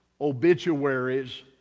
obituaries